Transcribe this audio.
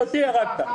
אותי הרגת.